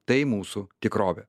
tai mūsų tikrovė